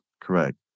correct